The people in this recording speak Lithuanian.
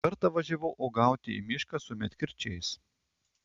kartą važiavau uogauti į mišką su medkirčiais